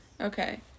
Okay